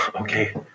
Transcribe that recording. okay